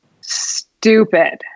stupid